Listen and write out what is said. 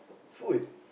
food